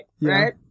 right